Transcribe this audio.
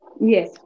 Yes